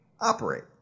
operate